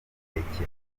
inkeke